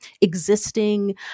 existing